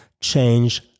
change